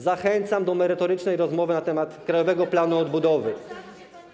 Zachęcam do merytorycznej rozmowy na temat Krajowego Planu Odbudowy.